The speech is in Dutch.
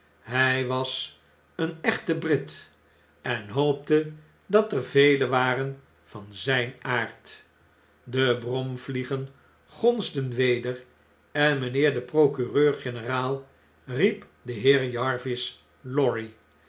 hij was een echte brit en hoopte dat er velen waren van zy'n aard de bromvliegen gonsden weder en mynheer de procureur-generaal riep den heer jarvis lorry